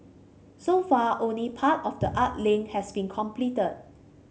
so far only part of the art link has been completed